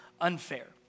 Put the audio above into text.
unfair